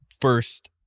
first